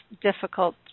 difficult